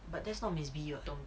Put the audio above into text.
but that's not miss B [what] 懂不懂